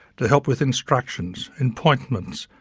to help with instructions, appointments,